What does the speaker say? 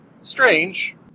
strange